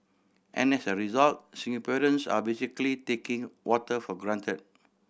and as a result Singaporeans are basically taking water for granted